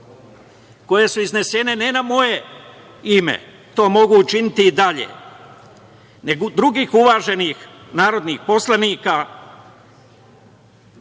koje su iznesene ne na moje ime, to mogu učiniti i dalje, nego drugih uvaženih narodnih poslanika,